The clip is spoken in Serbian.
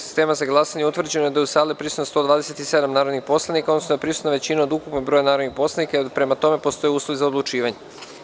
sistema za glasanje, utvrđeno da je u sali prisutno 127 narodnih poslanika, odnosno da je prisutna većina od ukupnog broja narodnih poslanika i da, prema tome, postoje uslovi za odlučivanje.